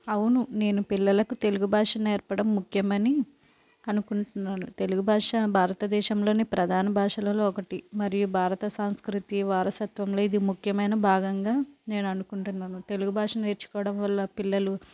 అవును నేను పిల్లలకు తెలుగు భాష నేర్పడం ముఖ్యమని అనుకుంటున్నాను తెలుగు భాష భారత దేశంలోని ప్రధాన భాషలలో ఒకటి మరియు భారత సాంస్కృతి వారసత్వంలో ఇది ముఖ్యమైన భాగంగా నేను అనుకుంటున్నాను తెలుగు భాష నేర్చుకోవడం వల్ల పిల్లలు